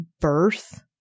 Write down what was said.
birth